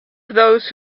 those